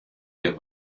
dir